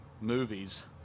movies